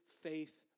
faith